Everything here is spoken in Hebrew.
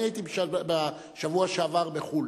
אני הייתי בשבוע שעבר בחוץ-לארץ.